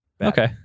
Okay